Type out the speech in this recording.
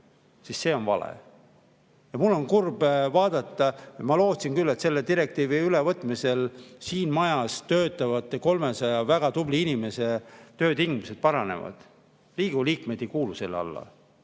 siis see on vale. Mul on kurb vaadata. Ma lootsin, et selle direktiivi ülevõtmisel siin majas töötava 300 väga tubli inimese töötingimused paranevad. Riigikogu liikmed ei kuulu selle alla.